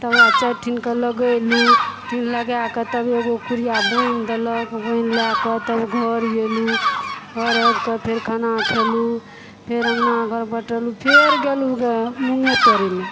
तब ओकरा चारि ठिनके लगेलहुँ टिल लगा कए तब एगो कुड़िया बोनि देलक बोनि लए कऽ तब घर एलहुँ घर आबिके फेर खाना खयलहुँ फेर अङ्गना घर बोटरलहुँ फेर गेलहुँ गऽ मूँगे तोड़ै लए